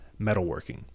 metalworking